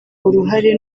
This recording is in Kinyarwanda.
uruhare